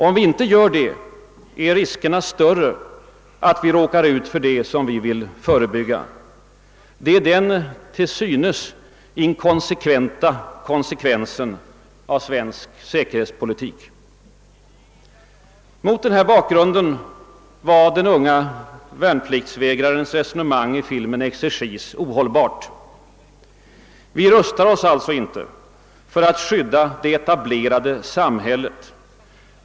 Om vi inte gör det, blir riskerna större att vi råkar ut för det som vi vill förebygga. Detta är den till synes inkonsekventa konsekvensen av svensk säkerhetspolitik. Mot denna bakgrund var den unge värnpliktsvägrarens resonemang i filmen Exercis ohållbart. Vi rustar oss alltså inte för att skydda det etablerade samhället.